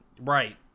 right